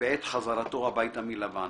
בעת חזרתו הביתה מלבן.